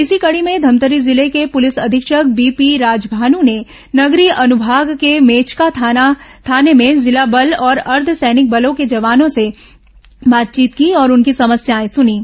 इसी कड़ी में धमतरी जिले के पुलिस अधीक्षक बीपी राजभानू ने नगरी अनुभाग के मेचका थाने में जिला बल और अर्द्द सैनिक बलों के जवानों से बातचीत की और उनकी समस्याए सुनीं